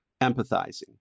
empathizing